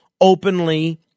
openly